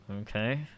okay